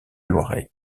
loiret